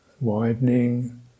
widening